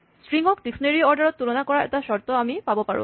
ষ্ট্ৰিঙক dictionary অৰ্ডাৰত তুলনা কৰাৰ এটা চৰ্ট আমি পাব পাৰোঁ